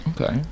Okay